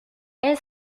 est